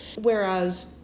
whereas